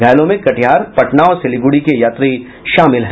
घायलों में कटिहार पटना और सिलिगुड़ी के यात्री शामिल हैं